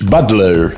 Butler